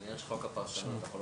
זה עניין של חוק הפרשנות, אנחנו לא